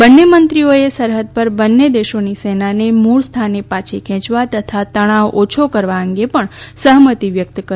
બંન્ને મંત્રીઓએ સરહદ પર બંન્ને દેશોની સેનાને મૂળ સ્થાને પાછી ખેંચવા તથા તણાવ ઓછો કરવા અંગે પણ સહમતી વ્યકત કરી